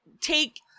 take